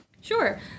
Sure